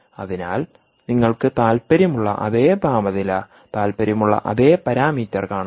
അതിനാൽ നിങ്ങൾക്ക് താൽപ്പര്യമുളള അതേ താപനില താൽപ്പര്യമുളള അതേ പാരാമീറ്റർ കാണുന്നു